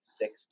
six